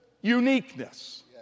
uniqueness